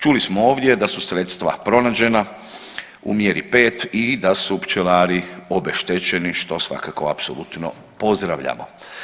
Čuli smo ovdje da su sredstva pronađena u mjeri 5 i da su pčelari obeštećeni što svakako apsolutno pozdravljamo.